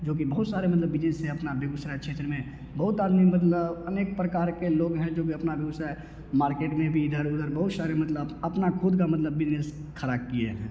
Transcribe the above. जो कि बहुत सारे मतलब बिजनेस है अपना व्यवसाय क्षेत्र में बहुत आदमी मतलब अनेक प्रकार के लोग हैं जो भी अपना व्यवसाय मार्केट में भी इधर उधर बहुत सारे मतलब अपना ख़ुद का मतलब बिजनेस खड़ा किए हैं